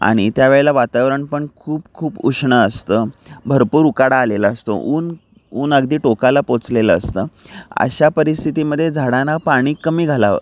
आणि त्यावेळेला वातावरण पण खूप खूप उष्ण असतं भरपूर उकाडा आलेला असतो ऊन ऊन अगदी टोकाला पोहोचलेलं असतं अशा परिस्थितीमध्ये झाडांना पाणी कमी घालावं